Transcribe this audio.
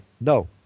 no